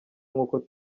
nk’uko